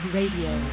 Radio